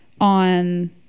on